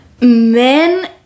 men